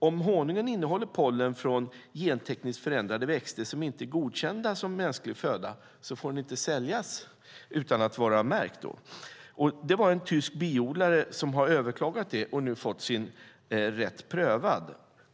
Om honungen innehåller pollen från gentekniskt förändrade växter som inte är godkända som mänsklig föda får den inte säljas utan att vara märkt. Det var en tysk biodlare som hade överklagat det och nu fått sin sak prövad.